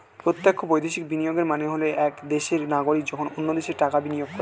প্রত্যক্ষ বৈদেশিক বিনিয়োগের মানে হল এক দেশের নাগরিক যখন অন্য দেশে টাকা বিনিয়োগ করে